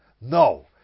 No